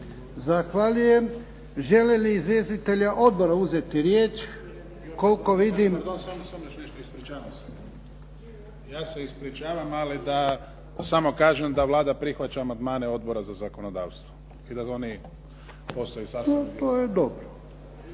Zahvaljujem. Žele li izvjestitelji odbora uzeti riječ? Koliko vidim. **Šuker, Ivan (HDZ)** Ja se ispričavam, ali da samo kažem da Vlada prihvaća amandmane Odbora za zakonodavstvo i da oni postaju sastavni dio.